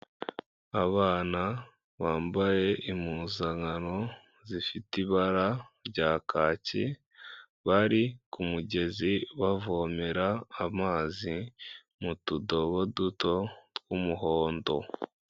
Abana bambaye impuzankano zifite ibara rya kaki bari ku mugezi, bavomera amazi mu tudobo duto tw'umuhondo.